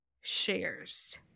shares